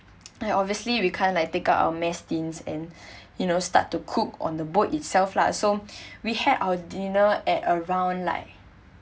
uh obviously we can't like take out our mess tins and you know start to cook on the boat itself lah so we had our dinner at around like